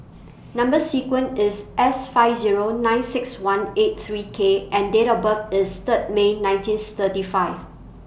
Number sequence IS S five Zero nine six one eight three K and Date of birth IS Third May nineteenth thirty five